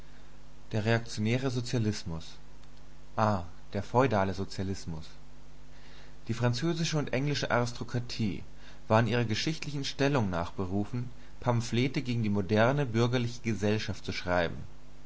der reaktionäre a der feudale sozialismus die französische und englische aristokratie war ihrer geschichtlichen stellung nach dazu berufen pamphlete gegen die moderne bürgerliche gesellschaft zu schreiben